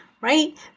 right